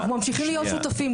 אנחנו ממשיכים להיות שותפים.